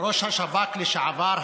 ראש השב"כ לשעבר,